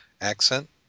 accent